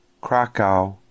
Krakow